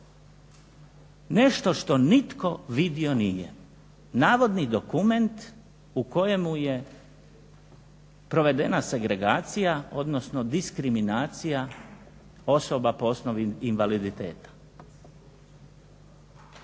nešto što nitko vidio nije. Navodni dokument u kojemu je provedena segregacija, odnosno diskriminacija osoba po osnovi invaliditeta.